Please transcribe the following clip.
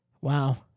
Wow